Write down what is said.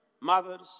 mothers